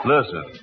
Listen